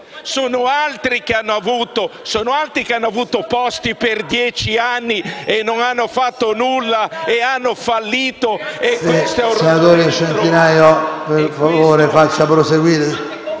Sono altri che hanno avuto posti per dieci anni, non hanno fatto nulla ed hanno fallito!